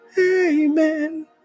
amen